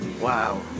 wow